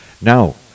Now